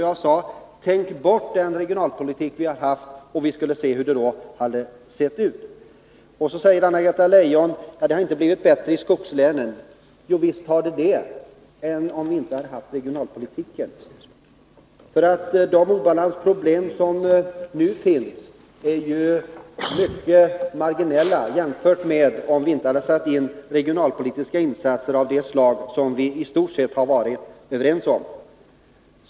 Jag sade: Tänkt bort den regionalpolitik vi har haft, och vi kan föreställa oss hur det då hade sett ut. Så säger Anna-Greta Leijon att det inte har blivit bättre i skogslänen. Jo, visst har det det — i förhållande till hur det hade varit om vi inte hade haft en aktiv regionalpolitik. De obalansproblem som nu finns är ju mycket marginella jämfört med de problem som hade funnits om vi inte hade satt in regionalpolitiska insatser av det slag som vi i stort sett har varit överens om.